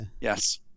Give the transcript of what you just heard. Yes